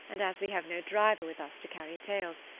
and as we have no driver with us to carry tales,